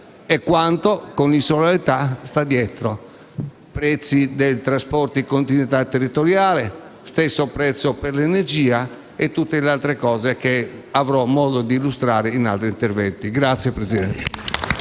e quanto a esso sta dietro: prezzi dei trasporti in continuità territoriale, stesso prezzo per l'energia e tutte le altre cose che avrò modo di illustrare in altri interventi. *(Applausi